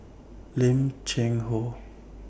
Lim Cheng Hoe